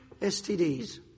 STDs